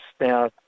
now